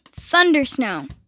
Thundersnow